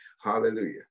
Hallelujah